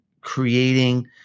creating